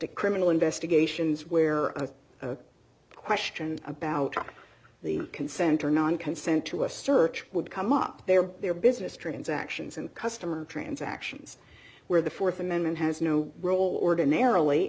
g criminal investigations where a question about the consent or non consent to a search would come up their their business transactions and customer transactions where the th amendment has no role ordinarily